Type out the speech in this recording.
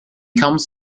comes